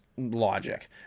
logic